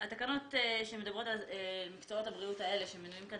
התקנות שמדברות על מקצועות הבריאות האלה שמנויים כאן